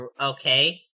okay